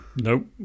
nope